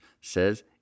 says